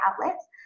outlets